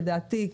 לדעתי,